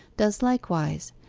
does likewise,